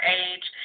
age